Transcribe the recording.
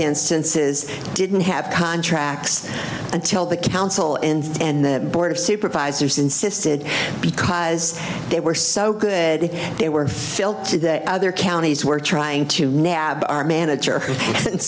instances didn't have contracts until the council and and the board of supervisors insisted because they were so good they were filled to the other counties were trying to nab our manager and